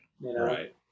right